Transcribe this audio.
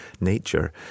nature